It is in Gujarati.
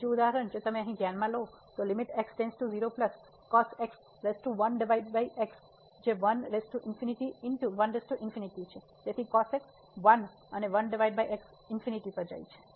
બીજું ઉદાહરણ જો તમે અહિ ધ્યાનમાં લો જે છે તેથી 1 અને 1x ∞ પર જાય છે